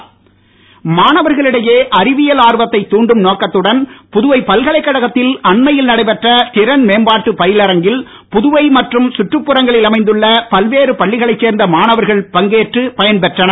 பயிலரங்கு மாணவர்களிடையே அறிவியல் தாண்டும் நோக்கத்துடன் புதுவைக் பல்கலைக் கழகத்தில் அண்மையில் நடைபெற்ற திறன் மேம்பாட்டு பயிலரங்கில் புதுவை மற்றும் சுற்றுப் புறங்களில் அமைந்துள்ள பல்வேறு பள்ளிகளைச் சேர்ந்த மாணவர்கள் பங்கேற்று பயன் பெற்றனர்